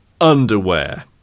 underwear